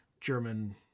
German